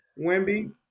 Wimby